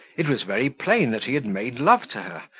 it was very plain that he had made love to her,